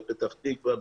פתח תקווה,